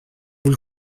vous